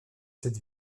cette